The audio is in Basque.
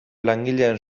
langileen